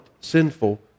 sinful